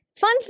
Fun